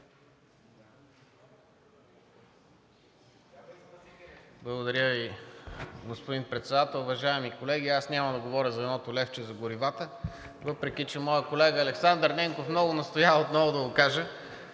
Благодаря Ви, господин Председател. Уважаеми колеги! Аз няма да говоря за едното левче за горивата, въпреки че моят колега Александър Ненков много настоява отново да го кажа,